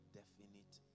definite